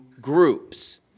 groups